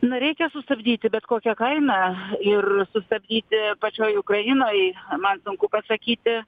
na reikia sustabdyti bet kokia kaina ir sustabdyti pačioj ukrainoj man sunku pasakyti